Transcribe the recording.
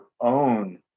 own